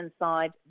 inside